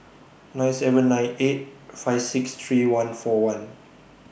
nine seven nine eight five six three one four one